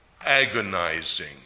agonizing